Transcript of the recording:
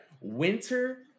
winter